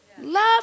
love